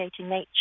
nature